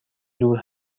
دور